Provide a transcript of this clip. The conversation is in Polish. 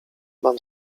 mam